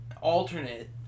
alternate